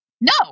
No